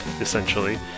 essentially